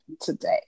today